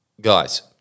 guys